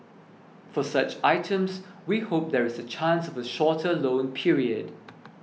for such items we hope there is a chance of a shorter loan period